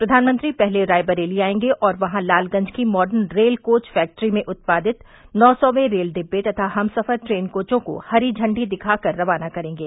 प्रधानमंत्री पहले रायबरेली आयेंगे और वहां लालगंज की मॉर्डर्न रेल कोच फैक्ट्री में उत्पादित नौसवें रेल डिब्बे तथा हमसफर ट्रेन कोचों को हरी झंडी दिखा कर रवाना करेंगे